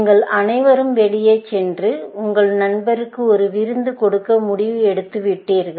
நீங்கள் அனைவரும் வெளியே சென்று உங்கள் நண்பருக்கு ஒரு விருந்து கொடுக்க முடிவு எடுத்து விட்டீர்கள்